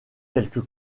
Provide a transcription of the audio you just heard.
quelques